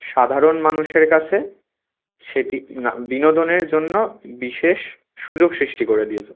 সাধারণ মানুষের কাছে সেটি না বিনোদনের জন্য বিশেষ সুযোগ সৃষ্টি করে দিয়েছে